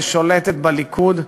ששולט בליכוד,